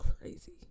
crazy